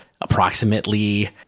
approximately